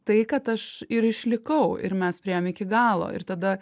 tai kad aš ir išlikau ir mes priėjom iki galo ir tada